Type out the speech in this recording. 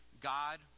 God